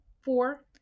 four